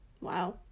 Wow